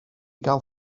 gael